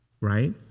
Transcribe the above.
right